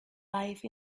life